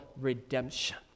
redemption